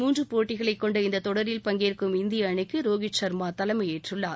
மூன்று போட்டிகளைக் கொண்ட இந்த தொடரில் பங்கேற்கும் இந்திய அணிக்கு ரோஹித் சர்மா தலைமை ஏற்றுள்ளார்